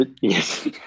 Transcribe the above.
yes